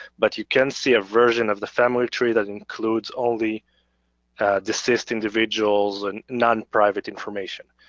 but you can see a version of the family tree that includes all the deceased individuals and non-private information.